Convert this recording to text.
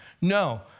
No